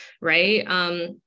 right